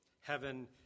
Heaven